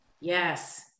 Yes